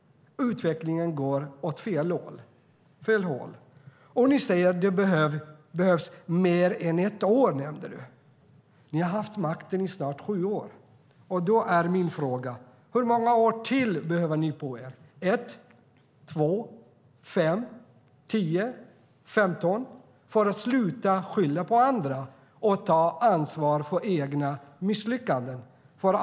Utvecklingen går åt fel håll. Ni säger att det behövs mer än ett år. Ni har haft makten i snart sju år, och min fråga är nu: Hur många år till behöver ni på er - ett, två, fem, tio eller femton - för att sluta skylla på andra och ta ansvar för egna misslyckanden?